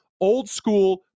old-school